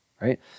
right